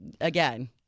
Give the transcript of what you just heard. again